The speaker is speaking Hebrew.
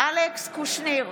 אלכס קושניר,